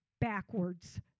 backwards